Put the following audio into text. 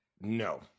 No